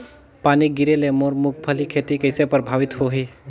पानी गिरे ले मोर मुंगफली खेती कइसे प्रभावित होही?